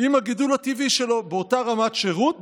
עם הגידול הטבעי שלו באותה רמת שירות.